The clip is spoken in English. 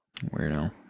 Weirdo